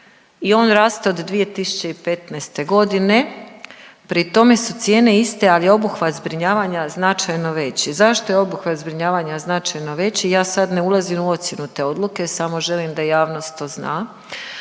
i on raste od 2015.g., pri tome su cijene iste, ali je obuhvat zbrinjavanja značajno veći. Zašto je obuhvat zbrinjavanja značajno veći? Ja sad ne ulazim u ocjenu te odluke samo želim da javnost to zna,